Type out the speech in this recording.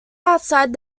outside